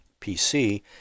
PC